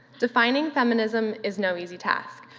defining feminism is no easy task,